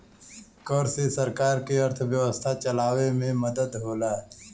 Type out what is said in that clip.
कर से सरकार के अर्थव्यवस्था चलावे मे मदद होला